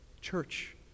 Church